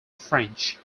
french